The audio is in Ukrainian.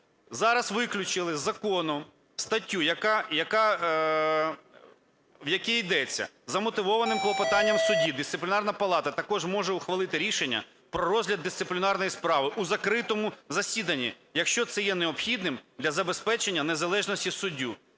Зараз виключили з закону статтю, в якій йдеться: "За вмотивованим клопотанням судді Дисциплінарна палата також може ухвалити рішення про розгляд дисциплінарної справи у закритому засіданні, якщо це є необхідним для забезпечення незалежності судді.